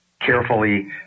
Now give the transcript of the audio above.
carefully